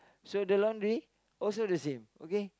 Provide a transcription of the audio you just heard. so the laundry also the same